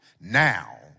now